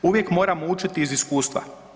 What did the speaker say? Uvijek moramo učiti iz iskustva.